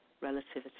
Relativity